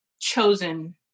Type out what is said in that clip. chosen